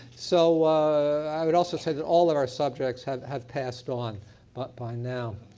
so i would also say that all of our subjects have have passed on but by now.